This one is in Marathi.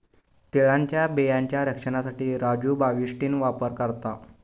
तिळाच्या बियांचा रक्षनासाठी राजू बाविस्टीन वापर करता